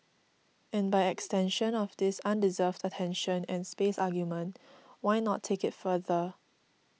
and by extension of this undeserved attention and space argument why not take it further